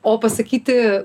o pasakyti